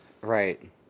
Right